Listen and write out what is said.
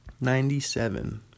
Ninety-seven